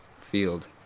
field